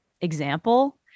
example